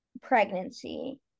pregnancy